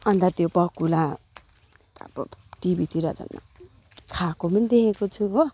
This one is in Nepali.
अनि त त्यो बकुल्ला अब टिभीतिर चाहिँ खाएको पनि देखेको छु हो